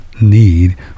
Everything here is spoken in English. Need